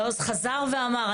ואז חזר ואמר,